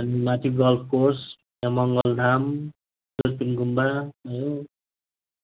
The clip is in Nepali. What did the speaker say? अनि माथि गल्फ कोर्स त्यहाँदेखि मङ्गलधाम दुर्पिन गुम्बा भयो